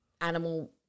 animal